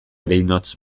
ereinotz